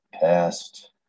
past